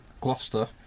Gloucester